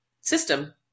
system